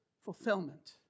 fulfillment